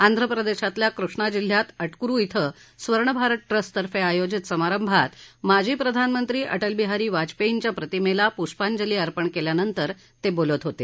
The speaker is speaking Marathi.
आंध्र प्रदेशातल्या कृष्णा जिल्ह्यात अटकुरु श्व स्वर्णभारत ट्रस िर्फे आयोजित समारंभात माजी प्रधानमंत्री अ ि क्रि बिहारी वायपेयींच्या प्रतिमेला पुष्पांजली अर्पण केल्यानंतर बोलत होते